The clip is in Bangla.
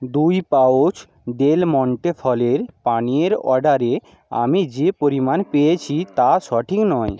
দুই পাউচ ডেল মন্টে ফলের পানীয়ের অর্ডারে আমি যে পরিমাণ পেয়েছি তা সঠিক নয়